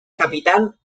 capitán